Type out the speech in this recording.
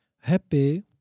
happy